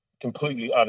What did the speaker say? completely